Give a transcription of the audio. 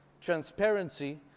Transparency